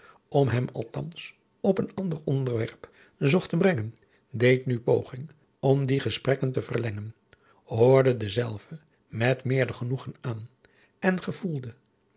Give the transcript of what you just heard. of hem althans op een ander onderwerp zocht te brengen deed nu poging om die gesprekken te verlengen hoorde dezelve met meerder genoegen aan en gevoelde